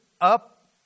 up